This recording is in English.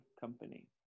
company